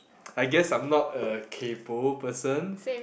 I guess I am not a kaypoh person